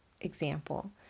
example